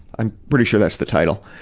i'm pretty sure that's the title.